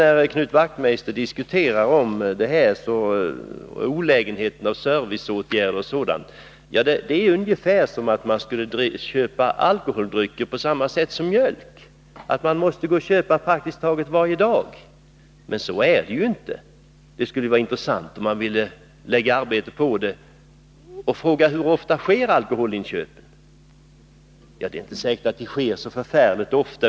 När Knut Wachtmeister diskuterar olägenheterna av inskränkningar i servicen låter det ungefär som om man skulle köpa alkoholdrycker på samma sätt som mjölk, att man måste göra sina inköp praktiskt taget varje dag. Men så är det ju inte. Det skulle vara intressant, om man ville lägga ned arbete på att fråga hur ofta alkoholinköpen sker. Det är inte säkert att det är så särskilt ofta.